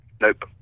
Nope